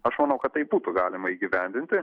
aš manau kad tai būtų galima įgyvendinti